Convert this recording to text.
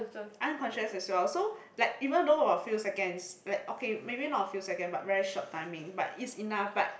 unconscious as well so like even though a few seconds like okay maybe not a few second but very short timing but is enough but